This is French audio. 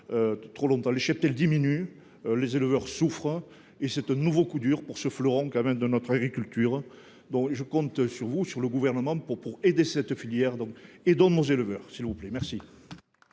trop longtemps. Les cheptels diminuent et les éleveurs souffrent. C’est un nouveau coup dur pour ce fleuron de notre agriculture. Je compte sur le Gouvernement pour aider cette filière et nos éleveurs. La parole est à M.